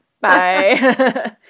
bye